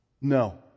No